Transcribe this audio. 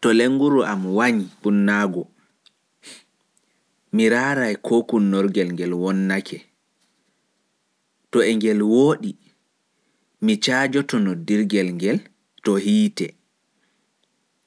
To lenguru am salake kunnaago mi artai mi raara ko kunnorgel ngel wonnake, to e ngel woɗi, mi caajoto noddirgel ngel to hiite,